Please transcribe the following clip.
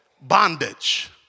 bondage